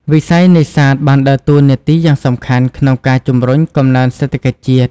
វិស័យនេសាទបានដើរតួនាទីយ៉ាងសំខាន់ក្នុងការជំរុញកំណើនសេដ្ឋកិច្ចជាតិ។